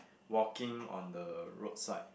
walking on the roadside